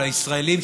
לישראלים,